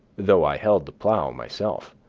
though i held the plow myself.